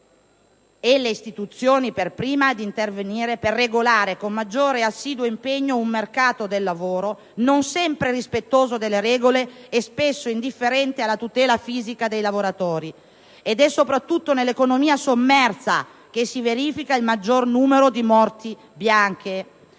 e le istituzioni per prime, ad intervenire per regolare con maggiore e assiduo impegno un mercato del lavoro non sempre rispettoso delle regole e spesso indifferente alla tutela fisica dei lavoratori. È soprattutto nell'economia sommersa che si verifica il maggiore numero di morti bianche.